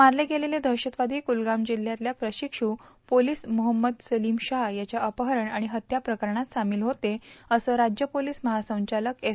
मारले गेलेले दहशतवादी कूलगाम जिल्हयातल्या प्रशिक्षु पोलीस मोहम्मद सलीम शहा यांच्या अपहरण आणि हत्या प्रकरणात सामील होते असं राज्य पोलीस महासंचालक एस